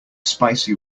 spicy